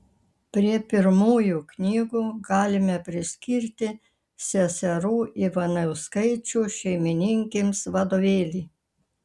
prie pirmųjų knygų galime priskirti seserų ivanauskaičių šeimininkėms vadovėlį